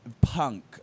punk